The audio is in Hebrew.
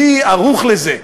מי ערוך לזה?